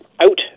out